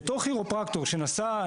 בתור כירופרקטור שנסע,